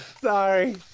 sorry